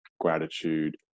gratitude